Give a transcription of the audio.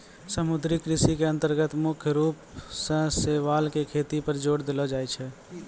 समुद्री कृषि के अन्तर्गत मुख्य रूप सॅ शैवाल के खेती पर जोर देलो जाय छै